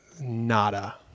Nada